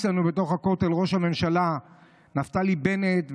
לנו בתוך הכותל ראש ממשלה נפתלי בנט,